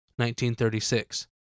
1936